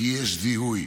כי יש זיהוי,